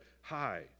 high